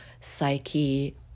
psyche